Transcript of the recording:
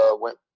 went